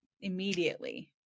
immediately